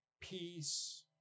peace